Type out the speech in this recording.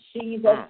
Jesus